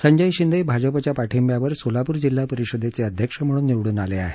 संजय शिंदे भाजपच्या पाठिंब्यावर सोलापूर जिल्हा परिषदेचे अध्यक्ष म्हणून निवडून आले आहेत